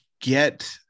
get